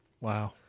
Wow